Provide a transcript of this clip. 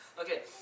Okay